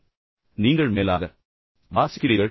எனவே நீங்கள் வெறுமனே மேலாக வாசிக்கிறீர்கள்